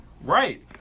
Right